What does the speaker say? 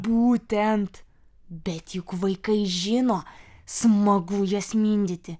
būtent bet juk vaikai žino smagu jas mindyti